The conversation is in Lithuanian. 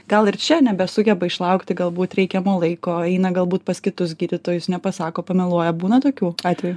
gal ir čia nebesugeba išlaukti galbūt reikiamo laiko eina galbūt pas kitus gydytojus nepasako pameluoja būna tokių atvejų